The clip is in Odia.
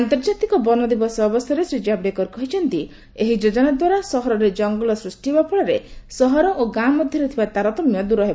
ଆନ୍ତର୍ଜାତିକ ବନ ଦିବସ ଅବସରରେ ଶ୍ରୀ ଜାବ୍ଡେକର କହିଛନ୍ତି ଏହି ଯୋଜନାଦ୍ୱାରା ସହରରେ କଙ୍ଗଲ ସୃଷ୍ଟି ହେବା ଫଳରେ ସହର ଓ ଗାଁ ମଧ୍ୟରେ ଥିବା ତାରତମ୍ୟ ଦ୍ୱର ହେବ